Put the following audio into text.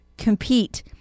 compete